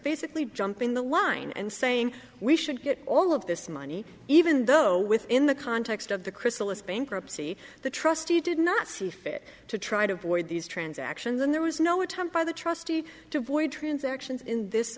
basically jumping the line and saying we should get all of this money even though within the context of the chrysalis bankruptcy the trustee did not see fit to try to avoid these transactions and there was no attempt by the trustee to avoid transactions in this